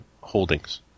Holdings